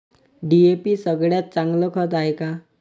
DAP सगळ्यात चांगलं खत हाये का?